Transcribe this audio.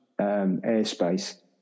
airspace